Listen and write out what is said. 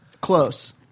close